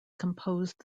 composed